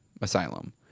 asylum